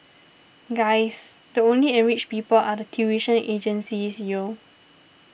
guys the only enriched people are the tuition agencies yo